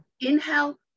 inhale